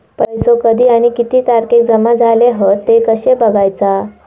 पैसो कधी आणि किती तारखेक जमा झाले हत ते कशे बगायचा?